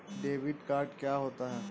Debit card क्या होता है?